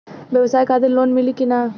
ब्यवसाय खातिर लोन मिली कि ना?